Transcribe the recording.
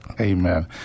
Amen